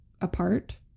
apart